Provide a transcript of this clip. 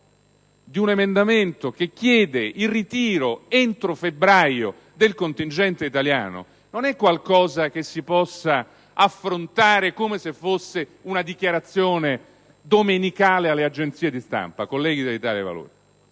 di un emendamento che chiede il ritiro entro febbraio del contingente italiano, non è un qualcosa che si possa affrontare come se fosse una dichiarazione domenicale alle agenzie di stampa, colleghi dell'Italia dei Valori: